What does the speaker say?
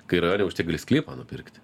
kai realiai už tiek gali sklypą nupirkt